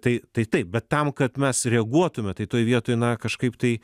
tai tai taip bet tam kad mes reaguotumėme tai toj vietoj na kažkaip tai